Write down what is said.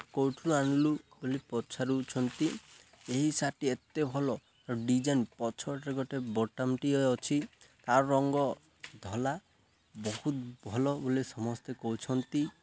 କେଉଁଠୁ ଆଣିଲୁ ବୋଲି ପଛାରୁଛନ୍ତି ଏହି ସାର୍ଟଟି ଏତେ ଭଲ ଡିଜାଇନ୍ ପଛରେ ଗୋଟେ ବଟମ୍ଟିଏ ଅଛି ତ ରଙ୍ଗ ଧଳା ବହୁତ ଭଲ ବୋଲି ସମସ୍ତେ କହୁଛନ୍ତି